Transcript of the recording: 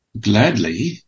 gladly